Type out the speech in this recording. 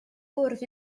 bwrdd